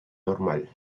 normal